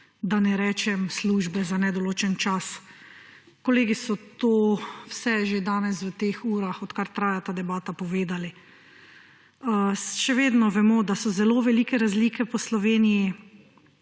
da ne rečem službe za nedoločen čas. Kolegi so to vse že danes v teh urah, odkar traja ta debata, povedali. Še vedno vemo, da so zelo velike razlike po Sloveniji.